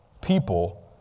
people